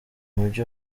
mujyi